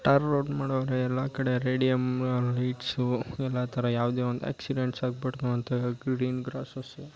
ಟಾರ್ road ಮಾಡವರೆ ಎಲ್ಲ ಕಡೆ ರೇಡಿಯಮ್ ಲೈಟ್ಸು ಎಲ್ಲ ಥರ ಯಾವುದೇ ಒಂದು ಆಕ್ಸಿಡೆಂಟ್ಸ್ ಆಗ್ಬಾಡ್ತು ಅಂತ ಗ್ರೀಡೀನ್ ಗ್ರಾಸಸ್ಸು